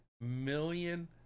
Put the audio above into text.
million